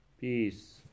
peace